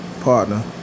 partner